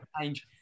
change